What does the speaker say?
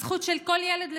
הזכות של כל ילד לשחק.